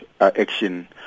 action